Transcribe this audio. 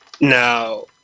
Now